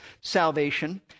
salvation